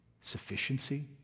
sufficiency